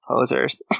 posers